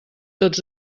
tots